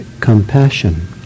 compassion